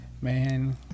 man